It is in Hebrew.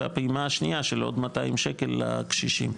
והפעימה השנייה של עוד 200 שקל לקשישים.